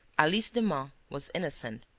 alice demun was innocent.